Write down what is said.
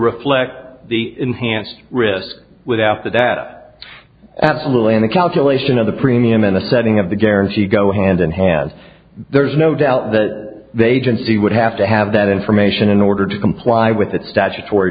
reflect the enhanced risk without that absolutely any calculation of the premium in the setting of the guarantee go hand in hand there's no doubt that they just you would have to have that information in order to comply with the statutory